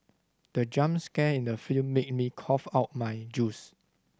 the jump scare in the film made me cough out my juice